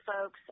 folks